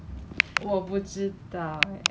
我曾经做过工 then